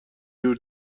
جور